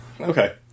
Okay